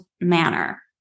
manner